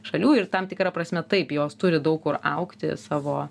šalių ir tam tikra prasme taip jos turi daug kur augti savo